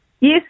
Yes